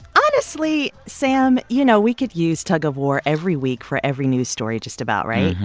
honestly, sam, you know, we could use tug of war every week for every news story just about, right?